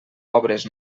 obres